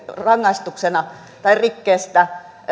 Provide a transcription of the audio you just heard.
rangaistuksena tai rikkeestä